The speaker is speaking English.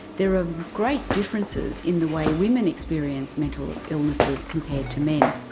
there are a great differences in the way women experience mental ah illnesses compared to men.